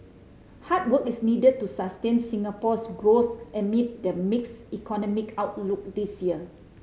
hard work is needed to sustain Singapore's growth amid the mixed economic outlook this year